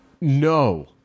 No